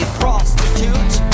prostitute